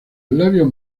labios